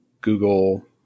Google